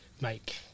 make